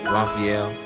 Raphael